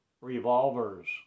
revolvers